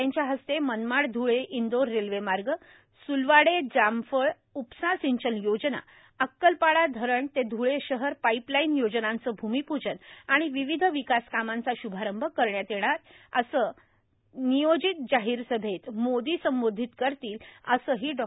त्यांच्या हस्ते मनमाड ध्ळे इंदौर रेल्वेमार्ग स्लवाडे जामफळ उपसा सिंचन योजना अक्कलपाडा धरण ते ध्ळे शहर पाईपलाईन योजनांचे भूमिपूजन आणि विविध विकास कामांचा श्भारंभ करण्यात येईल तसंच नियोजित जाहिर सभेत मोदी संबोधीत करतील असंही डॉ